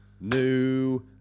new